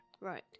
right